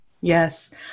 Yes